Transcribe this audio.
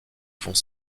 vont